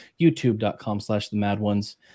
youtube.com/slash/the-mad-ones